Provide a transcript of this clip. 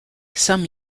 some